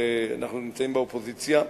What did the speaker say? אנחנו נמצאים באופוזיציה,